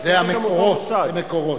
זה "מקורות".